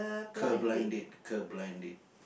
ke blind date ke blind date